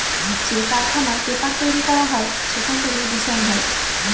যে কারখানায় পেপার তৈরী করা হয় সেখান থেকে দূষণ হয়